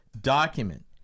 document